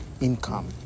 income